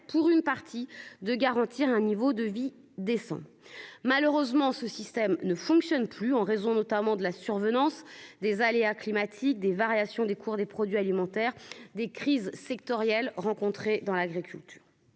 pour une part, de garantir un niveau de vie décent. Malheureusement, ce système ne fonctionne plus notamment en raison de la survenance d'aléas climatiques, des variations des cours des produits alimentaires et des crises sectorielles dont souffre l'agriculture.